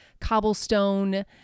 cobblestone